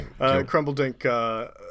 Crumbledink